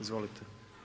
Izvolite.